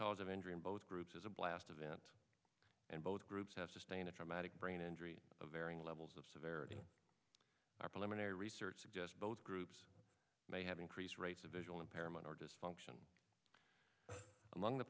cause of injury in both groups is a blast event and both groups have sustained a traumatic brain injury of varying levels of severity apollinaire research suggest both groups may have increased rates of visual impairment or dysfunction among the